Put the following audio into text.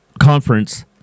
conference